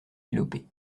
mélopées